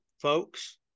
folks